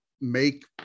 make